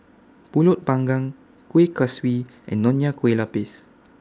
Pulut Panggang Kueh Kaswi and Nonya Kueh Lapis